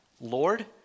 Lord